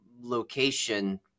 location